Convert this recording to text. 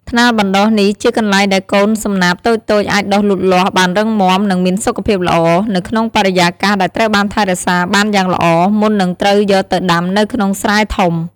ថ្នាលបណ្ដុះនេះជាកន្លែងដែលកូនសំណាបតូចៗអាចដុះលូតលាស់បានរឹងមាំ និងមានសុខភាពល្អ នៅក្នុងបរិយាកាសដែលត្រូវបានថែរក្សាបានយ៉ាងល្អ មុននឹងត្រូវយកទៅដាំនៅក្នុងស្រែធំ។